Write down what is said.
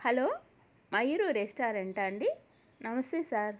hello Mayur రెస్టారెంటా అండి నమస్తే సార్